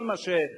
כל מה שמתבקש.